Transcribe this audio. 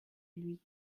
lui